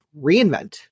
Reinvent